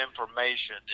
information